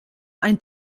ein